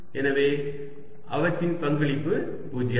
எனவே அவற்றின் பங்களிப்பு 0